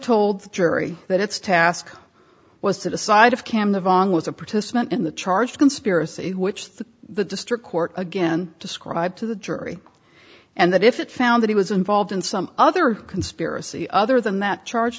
told the jury that its task was to decide if cam divonne was a participant in the charge conspiracy which the the district court again described to the jury and that if it found that he was involved in some other conspiracy other than that charge